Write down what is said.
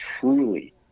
truly